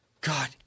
God